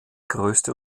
größte